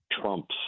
Trump's